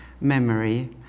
memory